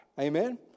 amen